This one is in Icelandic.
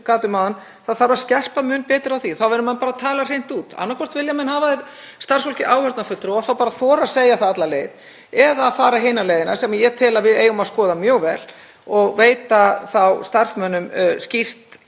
áðan, að skerpa mun betur á því. Þá verða menn bara að tala hreint út. Annaðhvort vilja menn hafa starfsfólkið sem áheyrnarfulltrúa og þá á bara að þora að segja það alla leið eða að fara hina leiðina, sem ég tel að við eigum að skoða mjög vel, og veita þá starfsmönnum skýrt ábyrgðarhlutverk